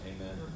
Amen